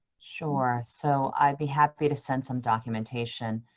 sure, so i'd be happy to send some documentation.